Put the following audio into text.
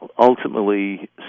ultimately